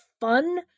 fun